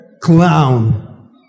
Clown